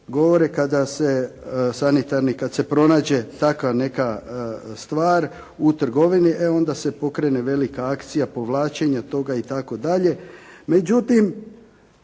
govore kada se, sanitarni, kada se pronađe takva neka stvar u trgovini, e onda se pokrene velika akcija povlačenja toga, itd.. Međutim,